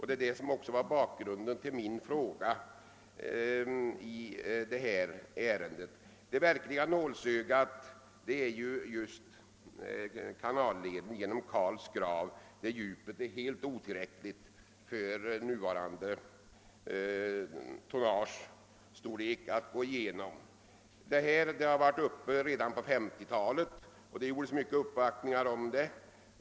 Det var detta som utgjorde bakgrunden till min fråga. Det verkliga nålsögat är just leden genom Karls grav, där segeldjupet är helt otillräckligt för nuvarande tonnagestorlek. Frågan om att fördjupa leden var uppe redan på 1950-talet, och då gjordes det ett flertal uppvaktningar i ärendet.